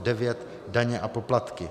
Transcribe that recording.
9. daně a poplatky.